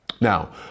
Now